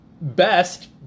best